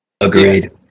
agreed